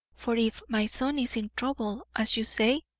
for if my son is in trouble, as you say,